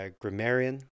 grammarian